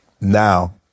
Now